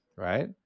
Right